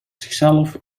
zichzelf